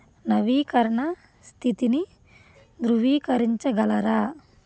నవీకరణ స్థితిని ధృవీకరించగలరా